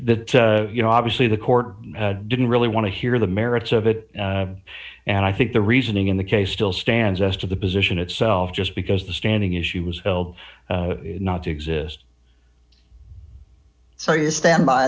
you know obviously the court didn't really want to hear the merits of it and i think the reasoning in the case still stands us to the position itself just because the standing issue was held not to exist so you stand by